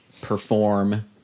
perform